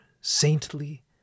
saintly